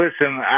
listen